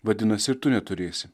vadinasi ir tu neturėsi